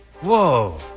Whoa